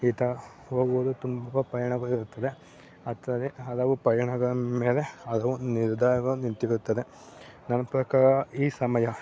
ಈತ ಹೋಗುವುದು ತುಂಬ ಪಯಣಗಳು ಇರುತ್ತದೆ ಅತದೇ ಹಲವು ಪಯಣಗಳ ಮೇಲೆ ಅದು ನಿರ್ಧಾರವಾಗಿ ನಿಂತಿರುತ್ತದೆ ನನ್ನ ಪ್ರಕಾರ ಈ ಸಮಯ